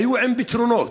שמביאה רעיונות מדיניים,